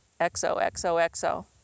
XOXOXO